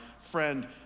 friend